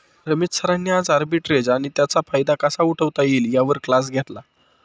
रमेश सरांनी आज आर्बिट्रेज आणि त्याचा फायदा कसा उठवता येईल यावर क्लास घेतला